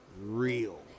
real